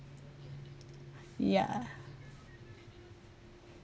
ya